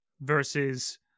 versus